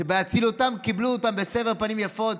שבאצילותם קיבלו אותם בסבר פנים יפות,